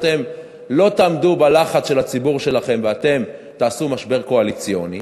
אתם לא תעמדו בלחץ של הציבור שלכם ואתם תעשו משבר קואליציוני.